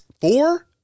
four